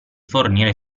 fornire